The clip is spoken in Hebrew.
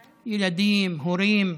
ילדים, הורים,